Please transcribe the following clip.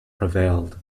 prevailed